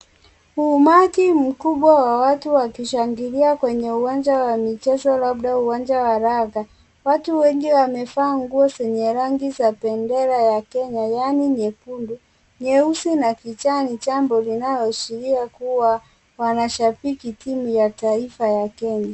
Uumaki mkubwa wa watu wakishangilia kwenye uwanja wa michezo labda uwanja wa radha. Watu wengi wamevaa nguo zenye rangi za bendera ya Kenya yaani nyekundu, nyeusi na kichani. Jambo linaloashiria kuwa wanashabiki timu ya taifa ya Kenya.